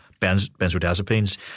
benzodiazepines